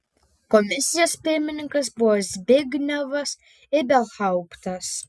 komisijos pirmininkas buvo zbignevas ibelhauptas